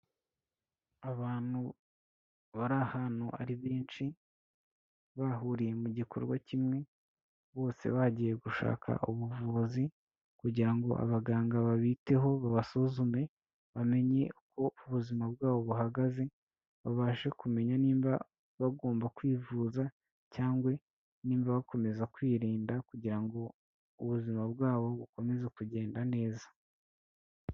Abantu bari ahantu ari benshi, bahuriye mu gikorwa kimwe, bose bagiye gushaka ubuvuzi kugira ngo abaganga babiteho babasuzume bamenye uko ubuzima bwabo buhagaze, babashe kumenya nimba bagomba kwivuza cyangwa nimba bakomeza kwirinda kugira ngo ubuzima bwabo bukomeze kugenda neza.